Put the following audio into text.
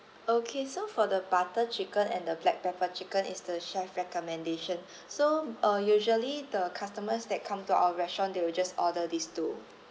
okay so for the butter chicken and the black pepper chicken it's the chef recommendation so uh usually the customers that come to our restaurant they will just order these two